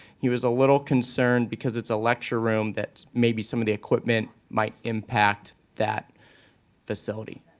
he was a little concerned because it's a lecture room that maybe some of the equipment might impact that facility.